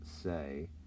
say